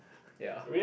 ya